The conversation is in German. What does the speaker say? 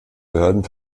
behörden